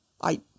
I